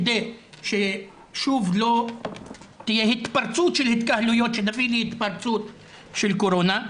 כדי ששוב לא תהיה התפרצות של התקהלויות שתביא להתפרצות של קורונה.